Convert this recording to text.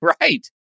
Right